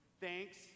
Thanks